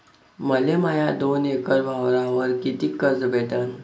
मले माया दोन एकर वावरावर कितीक कर्ज भेटन?